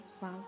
Wow